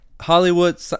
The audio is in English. Hollywood